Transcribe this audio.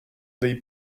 dei